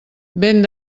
vent